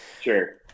sure